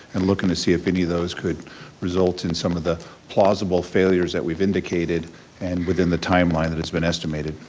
and looking to see if any of those could result in some of the plausible failures that we've indicated and within the timeline that it's been estimated.